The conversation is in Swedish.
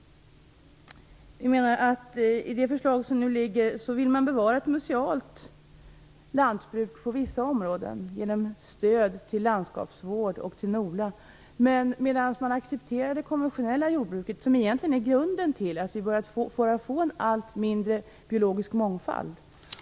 I det förslag som nu föreligger vill man bevara ett musealt lantbruk på vissa områden genom stöd till landskapsvård och NOLA, men man accepterar samtidigt den konventionella jordbruket som egentligen är grunden till att vi börjat få en allt mindre biologisk mångfald.